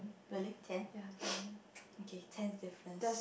really ten okay ten difference